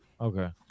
Okay